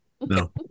No